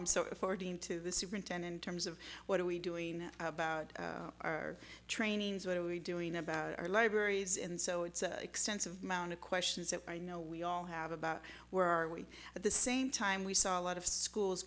according to the superintendent terms of what are we doing about our trainings what are we doing about our libraries and so it's extensive amount of questions that i know we all have about where are we at the same time we saw a lot of schools